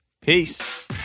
Peace